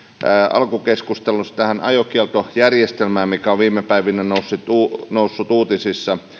alkukeskustelussa tähän ajokieltojärjestelmään mikä on viime päivinä noussut uutisissa